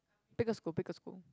pick a school pick a school